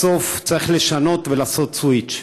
בסוף צריך לשנות ולעשות סוויץ'.